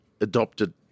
adopted